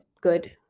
good